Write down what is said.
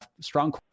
strong